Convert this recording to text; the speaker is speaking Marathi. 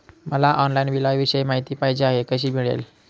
मला ऑनलाईन बिलाविषयी माहिती पाहिजे आहे, कशी मिळेल?